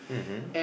(uh huh)